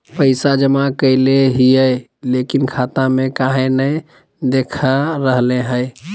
पैसा जमा कैले हिअई, लेकिन खाता में काहे नई देखा रहले हई?